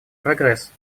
прогресс